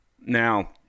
now